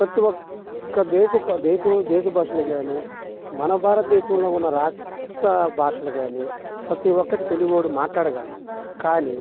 పతీ ఒక్క దేశపు ఆ దేశపు దేశ భాషలు గానీ మన భారత దేశంలో ఉన్న రాష్ట్ర భాషలు కానీ పతీ ఒక్కటి తెలుగోడు మాట్లాడగలడు కానీ